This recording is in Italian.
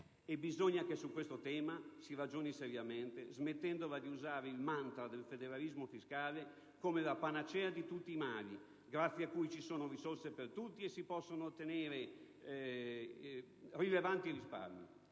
Bisogna che su questo tema si ragioni seriamente smettendola di usare il mantra del federalismo fiscale come la panacea di tutti i mali, grazie a cui ci sono risorse per tutti e si possono ottenere rilevanti risparmi,